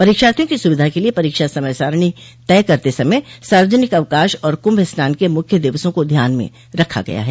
परीक्षार्थियों की सुविधा के लिए परीक्षा समय सारिणी तय करते समय सार्वजनिक अवकाश और कुंभ स्नान के मुख्य दिवसों को ध्यान में रखा गया है